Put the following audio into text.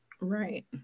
Right